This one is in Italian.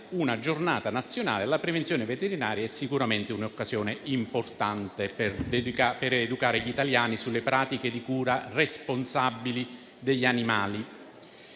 una Giornata nazionale alla prevenzione veterinaria è sicuramente un'occasione importante per educare gli italiani sulle pratiche responsabili di cura degli animali.